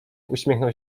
uśmiechnął